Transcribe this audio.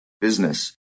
business